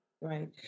Right